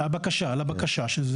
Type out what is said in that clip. הבקשה.